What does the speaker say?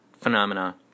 phenomena